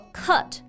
cut